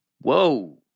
Whoa